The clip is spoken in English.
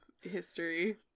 history